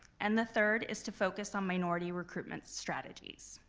and the third is to focus on minority recruitment strategies.